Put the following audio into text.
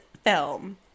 film